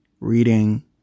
reading